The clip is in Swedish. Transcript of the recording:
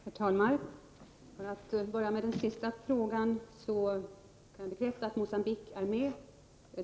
Herr talman! Jag skall börja med att svara på den sist ställda frågan. Jag kan bekräfta att Mogambique var med bland de länder jag räknade upp.